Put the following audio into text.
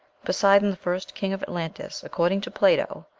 poseidon, first king of atlantis, according to plato,